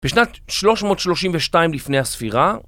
בשנת 332 לפני הספירה